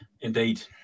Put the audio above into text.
indeed